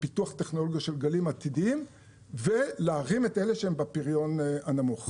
בפיתוח טכנולוגיה של גלים עתידיים ולהרים את אלה שהם בפריון הנמוך.